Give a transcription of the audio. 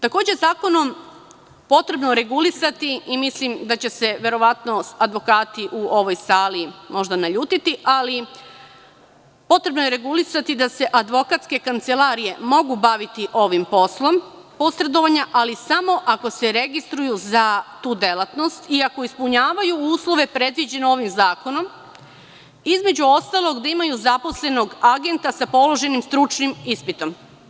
Takođe, zakonom je potrebno regulisati i mislim da će se verovatno advokati u ovoj sali možda naljutiti, ali potrebno je regulisati da se advokatske kancelarije mogu baviti ovim poslom posredovanja, ali samo ako se registruju za tu delatnost i ako ispunjavaju uslove predviđene ovim zakonom, između ostalog da imaju zaposlenog agenta sa položenim stručnim ispitom.